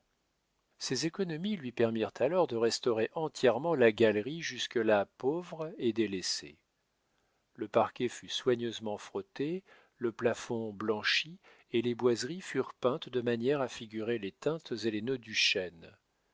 ses économies lui permirent alors de restaurer entièrement la galerie jusque-là pauvre et délaissée le parquet fut soigneusement frotté le plafond blanchi et les boiseries furent peintes de manière à figurer les teintes et les nœuds